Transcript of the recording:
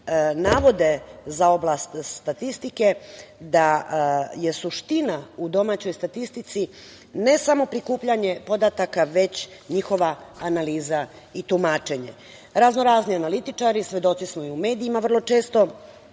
navode za oblast statistike da je suština u domaćoj statistici ne samo prikupljanje podataka, već njihova analiza i tumačenje. Raznorazni analitičari, svedoci smo i u medijima vrlo često